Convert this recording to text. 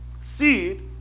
seed